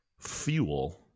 Fuel